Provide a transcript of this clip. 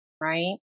right